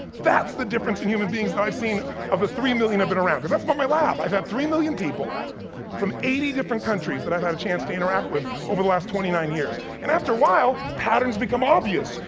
that's the difference in human beings that i've seen of the three million i've been around, cause that's about my lab. i've had three million people from eighty different countries that i had a chance to interact with over the last twenty nine years. and after a while patterns become obvious.